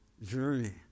journey